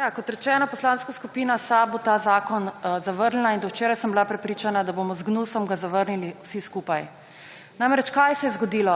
Kot rečeno, Poslanska skupina SAB bo ta zakon zavrnila in do včeraj sem bila prepričana, da ga bomo z gnusom zavrnili vsi skupaj. Namreč, kaj se je zgodilo.